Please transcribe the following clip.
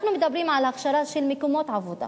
אנחנו מדברים על הכשרה של מקומות עבודה,